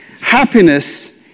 Happiness